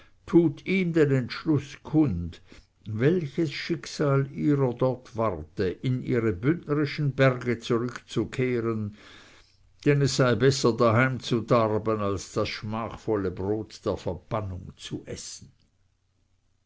tut ihm den entschluß kund welches schicksal ihrer dort warte in ihre bündnerischen berge zurückzukehren denn es sei besser daheim zu darben als das schmachvolle brot der verbannung zu essen